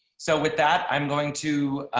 so with that, i'm going to